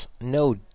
No